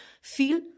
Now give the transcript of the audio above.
feel